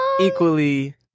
equally